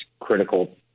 critical